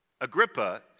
Agrippa